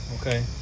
Okay